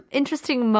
interesting